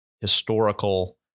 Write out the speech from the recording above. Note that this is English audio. historical